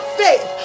faith